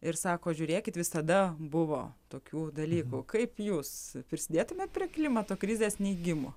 ir sako žiūrėkit visada buvo tokių dalykų kaip jūs prisidėtumėt prie klimato krizės neigimo